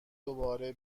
دوباره